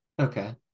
Okay